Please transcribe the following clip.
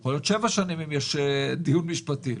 יכול להיות שבע שנים אם יש דיון משפטי.